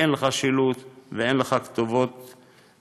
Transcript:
כשאין לך שילוט ואין לך כתובות ברורות.